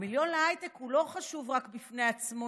ה"מיליון להייטק" לא חשוב רק בפני עצמו,